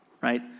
right